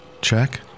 Check